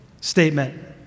statement